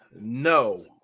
No